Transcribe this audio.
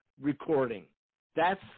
recording—that's